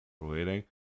Waiting